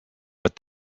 but